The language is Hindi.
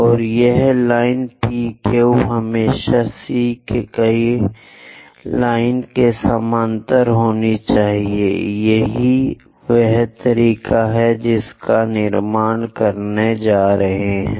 और यह लाइन P Q हमेशा C K लाइन के समानांतर होनी चाहिए यही वह तरीका है जिसका निर्माण करना है